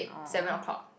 eight seven o-clock